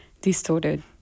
distorted